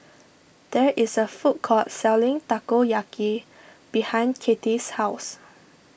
there is a food court selling Takoyaki behind Kattie's house